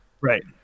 Right